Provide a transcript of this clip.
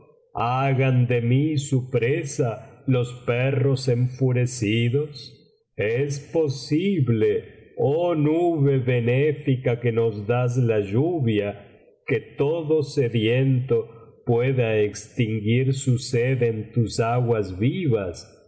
hagan de mí su presa los perros enfurecidos es posible oh nube benéfica que nos das la lluvia que todo sediento pueda extinguir sit sed en tus aguas vivas